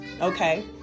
Okay